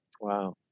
Wow